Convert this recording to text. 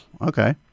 Okay